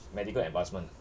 medical advancement